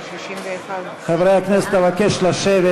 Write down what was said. חברי הכנסת, אבקש לשבת.